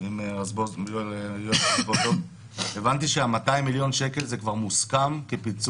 יואל רזבוזוב והבנתי שה-200 מיליון השקלים זה סכום עליו